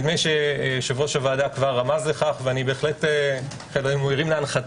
נדמה שיושב-ראש הוועדה כבר רמז על כך ואנו פתוחים